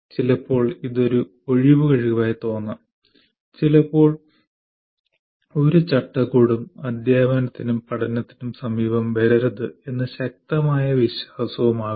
ചിലപ്പോൾ ഇത് ഒരു ഒഴികഴിവായി തോന്നാം ചിലപ്പോൾ ഒരു ചട്ടക്കൂടും അധ്യാപനത്തിനും പഠനത്തിനും സമീപം വരരുത് എന്ന ശക്തമായ വിശ്വാസവുമാകാം